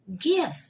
give